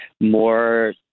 more